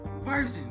version